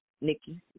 Nikki